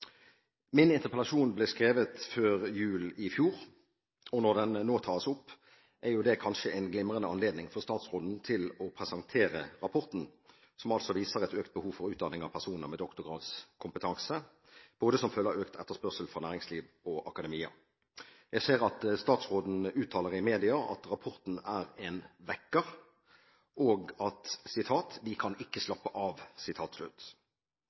Min interpellasjon ble skrevet før jul i fjor, og når den nå tas opp, er det kanskje en glimrende anledning for statsråden til å presentere rapporten, som altså viser et økt behov for utdanning av personer med doktorgradskompetanse, som følge av økt etterspørsel fra både næringsliv og akademia. Jeg ser at statsråden uttaler i media at rapporten er «en vekker», og at «vi kan ikke slappe av».